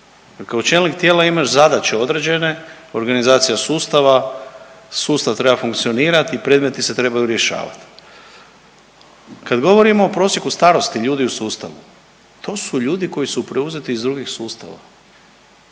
kao čelnik tijela imaš zadaće određene, organizacija sustava, sustav treba funkcionirati i predmeti se trebaju rješavat. Kad govorimo o prosjeku starosti ljudi u sustavu, to su ljudi koji su preuzeti iz drugih sustava